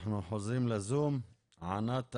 אנחנו חוזרים לזום, ענת אריאל,